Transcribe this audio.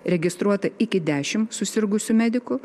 registruota iki dešimt susirgusių medikų